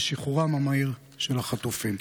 לשחרורם המהיר של החטופים.